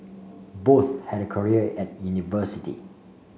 both had career at university